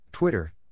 Twitter